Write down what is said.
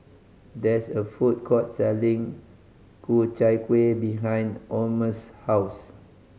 there is a food court selling Ku Chai Kuih behind Omer's house